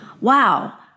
Wow